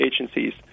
agencies